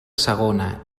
segona